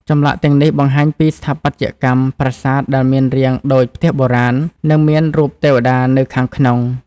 ចម្លាក់ទាំងនេះបង្ហាញពីស្ថាបត្យកម្មប្រាសាទដែលមានរាងដូចផ្ទះបុរាណ និងមានរូបទេវតានៅខាងក្នុង។